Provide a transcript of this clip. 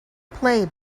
play